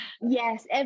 Yes